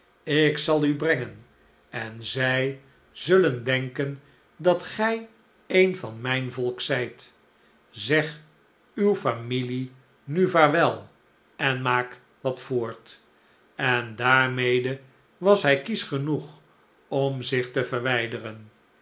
ik zal u brengen en zij zullen denken dat gij een van mijn volk zijt zeg uwe familie nu vaarwel en maak wat voort en daarmede was hij kiesch genoeg om zich te yerwijderen